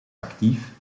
actief